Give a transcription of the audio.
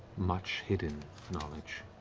much hidden knowledge,